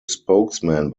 spokesman